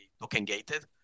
token-gated